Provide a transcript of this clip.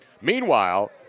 Meanwhile